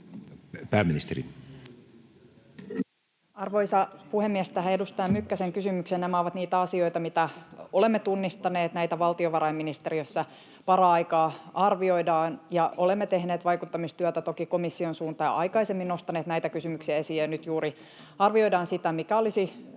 Content: Arvoisa puhemies! Tähän edustaja Mykkäsen kysymykseen: Nämä ovat niitä asioita, mitä olemme tunnistaneet. Näitä valtiovarainministeriössä paraikaa arvioidaan, ja olemme toki tehneet vaikuttamistyötä komission suuntaan ja aikaisemmin nostaneet näitä kysymyksiä esiin, ja nyt juuri arvioidaan sitä, mikä olisi